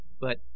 But